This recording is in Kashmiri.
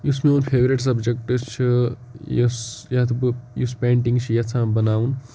یُس میون فیورِٹ سَبجَکٹ چھُ یُس یَتھ بہٕ یُس پینٹِنٛگ چھُ یَژھان بَناوُن